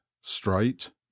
straight